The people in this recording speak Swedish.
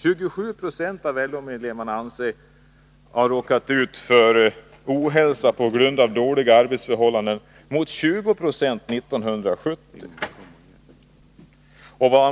27 70 av LO-medlemmarna anser sig nu ha råkat ut för ohälsa på grund av dåliga arbetsförhållanden mot 20 96 år 1970.